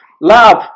love